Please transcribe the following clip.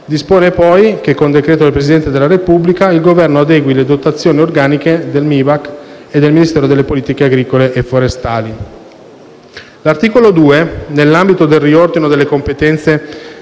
Dispone poi che, con decreto del Presidente della Repubblica, il Governo adegui le dotazioni organiche del MIBAC e del Ministero delle politiche agricole e forestali.